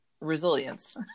Resilience